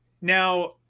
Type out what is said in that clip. Now